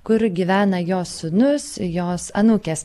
kur gyvena jos sūnus jos anūkės